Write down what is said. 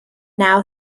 now